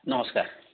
ନମସ୍କାର